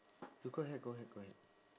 you go ahead go ahead go ahead